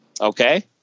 Okay